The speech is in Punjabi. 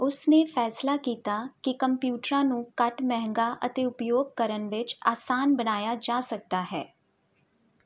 ਉਸਨੇ ਫੈਸਲਾ ਕੀਤਾ ਕਿ ਕੰਪਿਊਟਰਾਂ ਨੂੰ ਘੱਟ ਮਹਿੰਗਾ ਅਤੇ ਉਪਯੋਗ ਕਰਨ ਵਿੱਚ ਆਸਾਨ ਬਣਾਇਆ ਜਾ ਸਕਦਾ ਹੈ